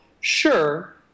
sure